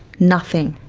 nothing.